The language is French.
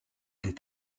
des